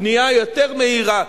בנייה יותר מהירה,